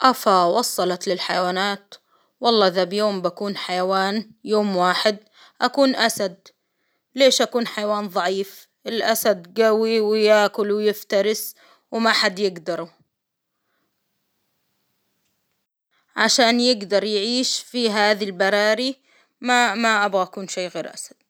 أفى وصلت للحيوانات؟ والله ذا بيوم بكون حيوان يوم واحد أكون أسد، ليش أكون حيوان ظعيف؟ الأسد قوي وياكل ويفترس وما حد يجدره، عشان يجدر يعيش في هذي البراري، ما -ما أبغى أكون شيء غير أسد.